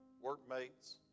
workmates